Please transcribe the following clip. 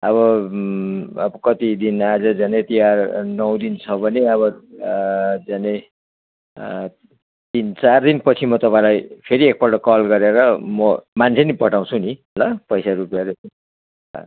अब अब कति दिन अझै झन्डै तिहार नौ दिन छ भने अब झन्डै तिन चार दिन पछि म तपाईँलाई फेरि एकपल्ट कल गरेर म मान्छे नै पठाउँछु नि ल पैसा रूपियाँ